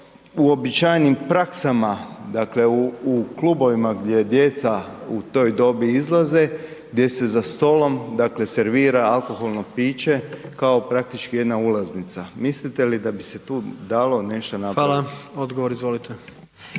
uobičajenim praksama, dakle u, u klubovima gdje djeca u toj dobi izlaze, gdje se za stolom, dakle servira alkoholno piće kao praktički jedna ulaznica. Mislite li da bi se tu dalo nešto napraviti? **Jandroković,